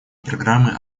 программы